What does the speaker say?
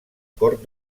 cort